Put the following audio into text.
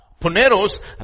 poneros